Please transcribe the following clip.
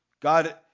God